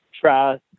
try